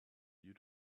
you